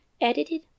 Edited